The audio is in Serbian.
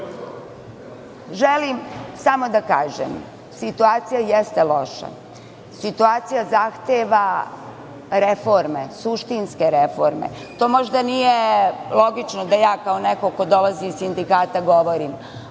samo da kažem da je situacija loša. Situacija zahteva reforme. Suštinske reforme, to možda nije logično da ja kao neko ko dolazi iz sindikata govorim,